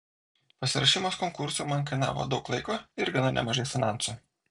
pasiruošimas konkursui man kainavo daug laiko ir gana nemažai finansų